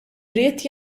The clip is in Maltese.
ried